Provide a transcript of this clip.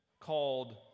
called